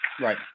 Right